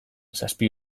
zazpi